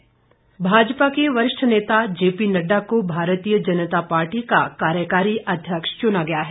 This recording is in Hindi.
नड़डा भाजपा के वरिष्ठ नेता जे पी नड्डा को भारतीय जनता पार्टी का कार्यकारी अध्यक्ष चुना गया है